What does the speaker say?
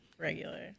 regular